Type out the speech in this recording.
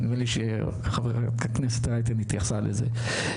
נראה לי שחברת הכנסת רייטן התייחסה לזה.